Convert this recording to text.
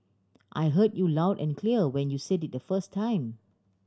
I heard you loud and clear when you said it the first time